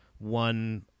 One